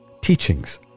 teachings